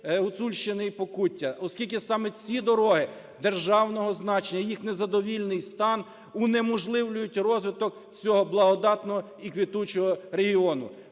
Гуцульщини і Покуття, оскільки саме ці дороги державного значення, їх незадовільний стан унеможливлюють розвиток цього благодатного і квітучого регіону.